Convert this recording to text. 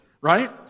right